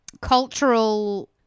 cultural